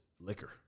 liquor